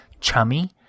chummy